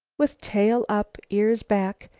with tail up, ears back,